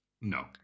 No